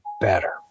better